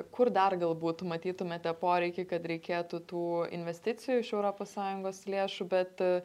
kur dar galbūt matytumėte poreikį kad reikėtų tų investicijų iš europos sąjungos lėšų bet